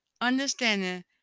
Understanding